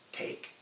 take